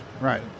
Right